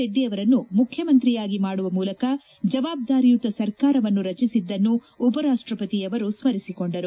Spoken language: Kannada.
ರೆಡ್ಡಿ ಅವರನ್ನು ಮುಖ್ಯಮಂತ್ರಿಯಾಗಿ ಮಾಡುವ ಮೂಲಕ ಜವಾಬ್ದಾರಿಯುತ ಸರ್ಕಾರವನ್ನು ರಚಿಸಿದ್ದನ್ನು ಉಪರಾಷ್ಷಪತಿ ಅವರು ಸ್ಪರಿಸಿಕೊಂಡರು